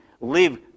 live